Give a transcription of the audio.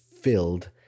filled